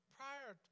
prior